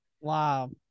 wow